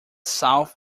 south